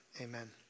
amen